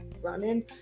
running